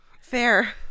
Fair